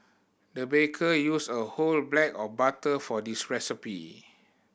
the baker used a whole black of butter for this recipe